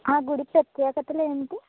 ఆ గుడి ప్రత్యేకతలు ఏమిటి